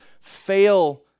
fail